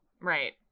Right